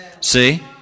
See